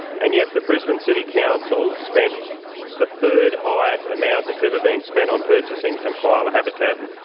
and yet the brisbane city council spent the third highest amount that's ever been spent on purchasing some koala habitat,